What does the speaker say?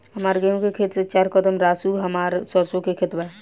हमार गेहू के खेत से चार कदम रासु हमार सरसों के खेत बा